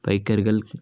பைக்கர்கள்